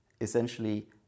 essentially